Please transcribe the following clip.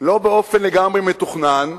לא באופן לגמרי מתוכנן,